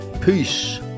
peace